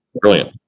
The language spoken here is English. brilliant